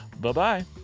bye-bye